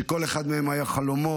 שלכל אחד מהם היו חלומות,